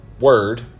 word